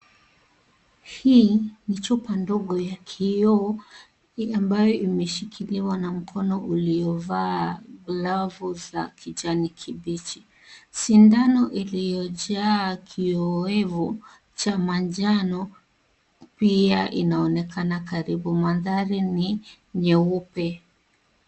Hii ni chupa ndogo ya kioo ambayo imeshikiliwa na mkono uliovaa glavu za kijani kibichi, sindano iliyojaa kiyowevu cha manjano pia inaonekana karibu mandhari ni nyeupe.